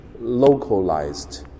localized